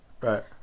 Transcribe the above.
Right